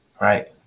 Right